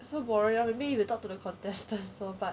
so boring I mean if you talk to the contestant 怎么办